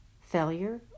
failure